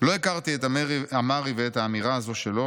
"לא הכרתי את אמרי ואת האמירה הזו שלו,